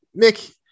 Mick